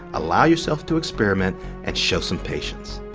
allow yourself to experiment and show some patience.